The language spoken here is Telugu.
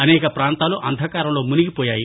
అనేక పాంతాలు అంధకారంలో మునిగిపోయాయి